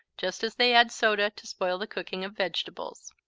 just as they add soda to spoil the cooking of vegetables.